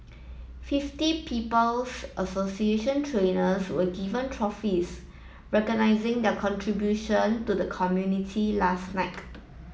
fifty People's Association trainers were given trophies recognising their contribution to the community last night